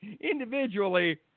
individually